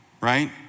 Right